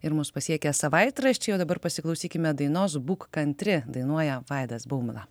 ir mus pasiekę savaitraščiai o dabar pasiklausykime dainos būk kantri dainuoja vaidas baumila